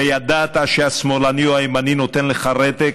וידעת שהשמאלני או הימני נותן לך רתק,